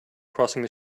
crossing